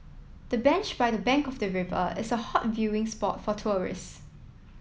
the bench by the bank of the river is hot viewing spot for tourists